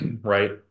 Right